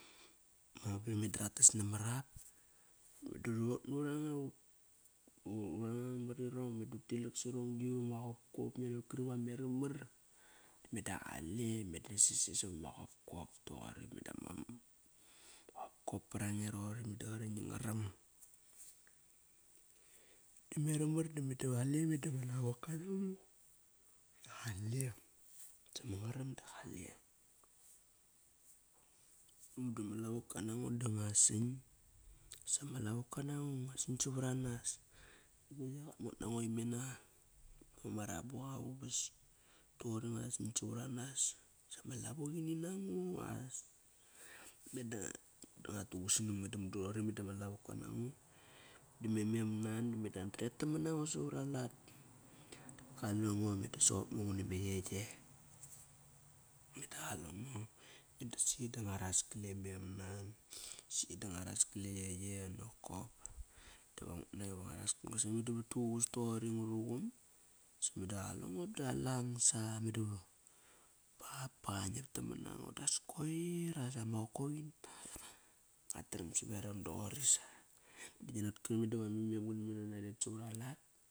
Ma abem meda rat tas namar ap meda urhi wok nur anga, ura ngang mar irong, meda utilak sirong gi vama qopkop. Ngia naqot kari vama ramar meda qale, meda va sasi sava ma gop kop toqori. Meda mam ma qopkop parange roqori da qari ngi ngaram. Dame ramar da meda va qale meda ma nange da qale sama ngaram da qale. Mudu ama lavoka nango da ngua san sama lavoka nango, ngua san savar anas. Rit mot mnango imenavama rabuqa uvas toqori ingua san savar anas. Sama lavo ini nango as. Meda da ngua tugusnang meda mudu roqori meda ma lavoka nango, da me mem nan meda andret naman nango savar alat Qalengo meda soqop ngo nguna me yey. Meda qalengo. Meda si da nguaras gal e mem nan si da nguaras gal e yeye nokop. Diva nguk nak iva nguaras kosi vat duququs togori ngu ruqum as meda qalengo dalang sa meda va bap ba qanap na man ango das koir as ama qokoqini. Nguat tram saveram dogori sa. Ba run-gri me mem gana me nan adet savar alat.